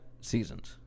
seasons